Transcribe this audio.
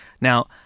Now